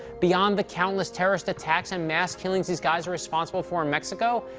beyond the countless terrorist attacks and mass killings these guys are responsible for in mexico,